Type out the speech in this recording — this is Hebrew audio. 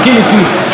לא פוליטית,